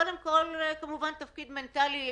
קודם כול, תפקיד מנטאלי.